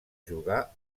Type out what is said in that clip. jugar